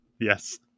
Yes